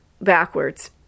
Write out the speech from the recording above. backwards